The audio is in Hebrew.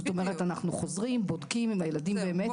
זאת אומרת - אנחנו חוזרים, בודקים עם הילדים באמת.